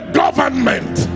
government